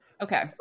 Okay